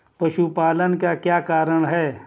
पशुपालन का क्या कारण है?